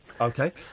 Okay